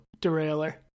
derailleur